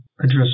address